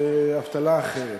אבטלה אחרת.